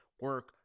Work